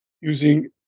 using